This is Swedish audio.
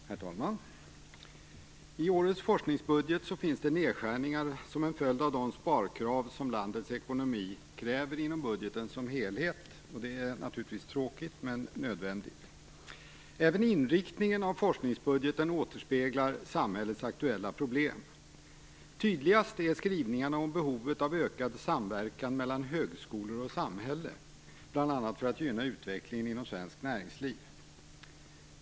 Herr talman! I årets forskningsbudget finns nedskärningar som en följd av de sparkrav som landets ekonomi kräver inom budgeten i dess helhet. Det är naturligtvis tråkigt, men nödvändigt. Även inriktningen av forskningsbudgeten återspeglar samhällets aktuella problem. Tydligast är skrivningarna om behovet av ökad samverkan mellan högskolor och samhälle bl.a. för att gynna utvecklingen inom svenskt näringsliv.